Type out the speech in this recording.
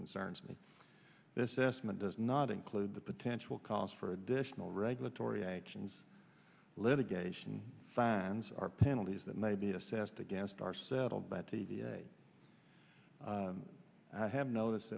concerns me this estimate does not include the potential cost for additional regulatory actions litigation fines are penalties that may be assessed against are settled by t v a i have noticed